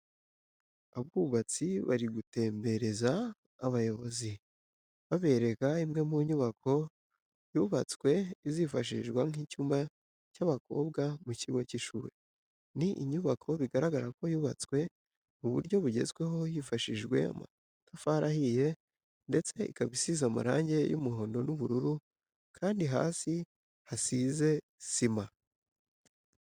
Abubatsi bari gutembereza abayobozi babereka imwe mu nyubako yubatswe izifashishwa nk'icyumba cy'abakobwa mu kigo cy'ishuri, ni inyubako bigaragara ko yubatswe mu buryo bugezweho hifashishijwe amatafari ahiye ndetse ikaba isize amarange y'umuhondo n'ubururu kandi hasi hasize sima.